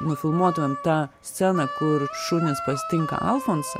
nufilmuotumėm tą sceną kur šunys pasitinka alfonsą